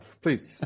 Please